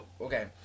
Okay